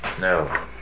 No